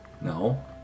No